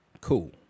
Cool